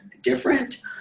different